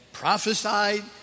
prophesied